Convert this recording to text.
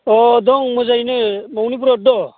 अह दं मोजाङैनो न'निफ्राय हरदों